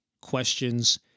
questions